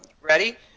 ready